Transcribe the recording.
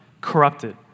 corrupted